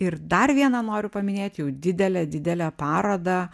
ir dar vieną noriu paminėti jau didelę didelę parodą